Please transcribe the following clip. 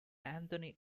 anthony